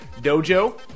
dojo